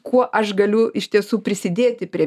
kuo aš galiu iš tiesų prisidėti prie